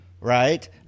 right